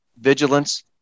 vigilance